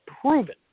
proven